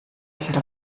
serà